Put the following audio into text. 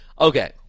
okay